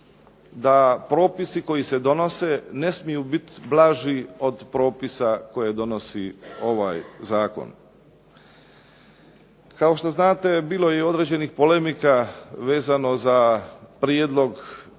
da propisi koji se donose ne smiju biti blaži od propisa koje donosi ovaj zakon. Kao što znate bilo je i određenih polemika vezano za prijedlog oko